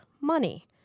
money